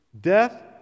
Death